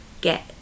get